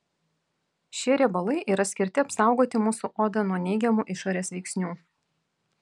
šie riebalai yra skirti apsaugoti mūsų odą nuo neigiamų išorės veiksnių